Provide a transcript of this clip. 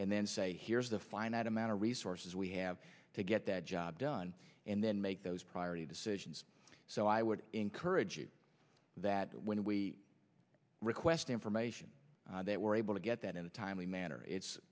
and then say here's the finite amount of resources we have to get that job done and then make those priority decisions so i would encourage you that when we request information that we're able to get that in a timely manner it's